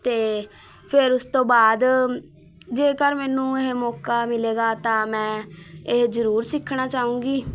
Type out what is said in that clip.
ਅਤੇ ਫਿਰ ਉਸ ਤੋਂ ਬਾਅਦ ਜੇਕਰ ਮੈਨੂੰ ਇਹ ਮੌਕਾ ਮਿਲੇਗਾ ਤਾਂ ਮੈਂ ਇਹ ਜ਼ਰੂਰ ਸਿੱਖਣਾ ਚਾਹੁੰਗੀ